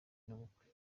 n’ubukwe